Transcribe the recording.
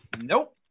Nope